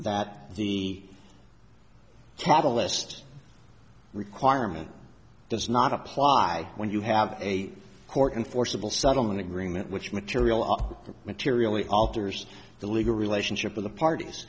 that the cabalist requirement does not apply when you have a court enforceable settlement agreement which material up materially alters the legal relationship of the parties